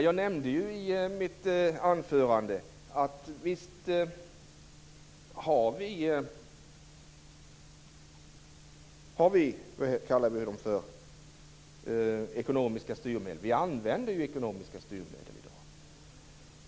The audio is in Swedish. Jag nämnde i mitt anförande beträffande skatteväxling att vi använder ekonomiska styrmedel.